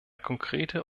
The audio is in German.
konkrete